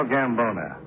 Gambona